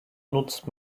nutzt